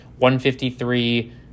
153